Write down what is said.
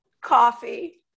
coffee